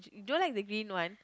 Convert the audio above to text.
you don't like the green one